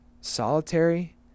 solitary